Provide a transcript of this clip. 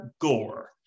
Gore